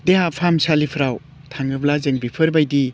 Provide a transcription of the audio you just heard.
देहा फाहामसालिफ्राव थाङोब्ला जोङो बेफोर बायदि